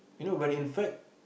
you know when in fact